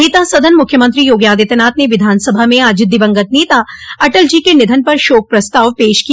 नेता सदन मुख्यमंत्री योगी आदित्यनाथ ने विधानसभा में आज दिवंगत नेता अटल जी के निधन पर शोक प्रस्ताव पेश किया